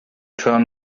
turn